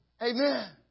Amen